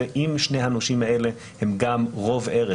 אם שני הנושים האלה הם גם רוב ערך,